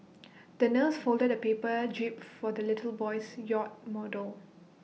the nurse folded A paper jib for the little boy's yacht model